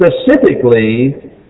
specifically